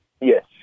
Yes